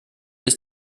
ist